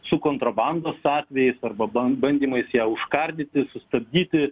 su kontrabandos atvejais arba band bandymais ją užkardyti sustabdyti